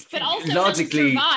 logically